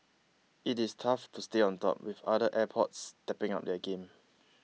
it is tough to stay on top with other airports stepping up their game